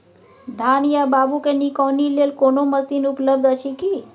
धान या बाबू के निकौनी लेल कोनो मसीन उपलब्ध अछि की?